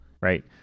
right